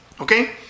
okay